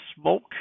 smoke